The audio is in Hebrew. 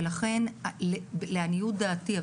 ולכן לעניות דעתי,